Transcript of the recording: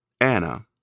Anna